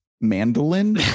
Mandolin